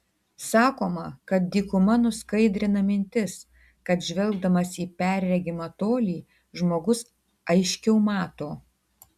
sakoma kad dykuma nuskaidrina mintis kad žvelgdamas į perregimą tolį žmogus aiškiau mato